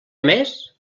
més